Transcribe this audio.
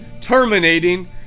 terminating